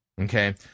Okay